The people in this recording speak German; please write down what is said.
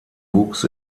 wuchs